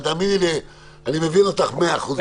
תאמיני לי שאני מבין אותך מאה אחוז.